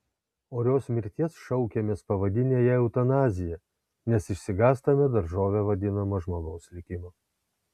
orios mirties šaukiamės pavadinę ją eutanazija nes išsigąstame daržove vadinamo žmogaus likimo